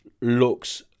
looks